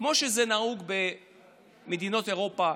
כמו שזה נהוג במדינות אירופה,